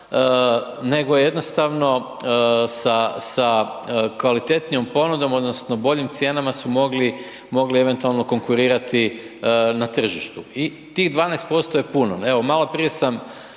nego jednostavno sa kvalitetnijom ponudom odnosno boljim cijenama su mogli eventualno konkurirati na tržištu i tih 12% je puno. Evo maloprije sam